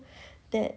that